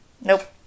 Nope